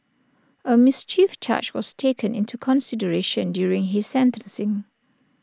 A mischief charge was taken into consideration during his sentencing